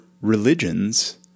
religions